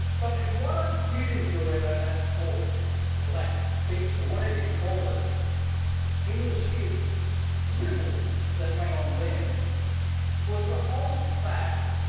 but what i did enjoy about that talk or that speech or whatever you call it in the sheer dribble that went on then was the whole fact